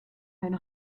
ein